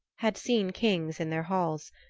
had seen kings in their halls,